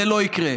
זה לא יקרה.